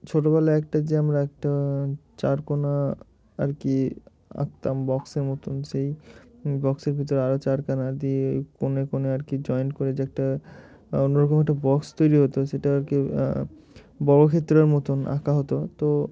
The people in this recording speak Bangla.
ছোটবেলায় একটা যে আমরা একটা চার কোণা আর কি আঁকতাম বক্সের মতন সেই বক্সের ভিতরে আরও চারখানা দিয়ে ওই কোণে কোণে আর কি জয়েন্ট করে যে একটা অন্য রকম একটা বক্স তৈরি হতো সেটা আর কি বর্গক্ষেত্রের মতন আঁকা হতো তো